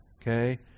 okay